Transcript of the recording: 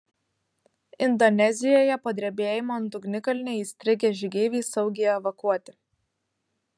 indonezijoje po drebėjimo ant ugnikalnio įstrigę žygeiviai saugiai evakuoti